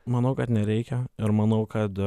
manau kad nereikia ir manau kad